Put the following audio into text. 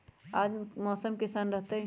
आज मौसम किसान रहतै?